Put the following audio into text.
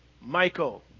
Michael